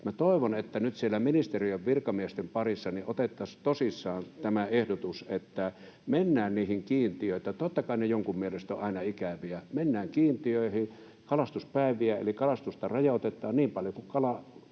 siellä ministeriön virkamiesten parissa otettaisiin tosissaan tämä ehdotus, että mennään niihin kiintiöihin — totta kai ne jonkun mielestä ovat aina ikäviä — mennään kiintiöihin, rajoitetaan kalastuspäiviä eli kalastusta niin paljon kuin